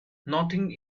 nothing